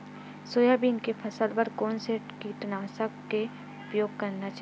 Soybean के फसल बर कोन से कीटनाशक के उपयोग करना चाहि?